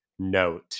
Note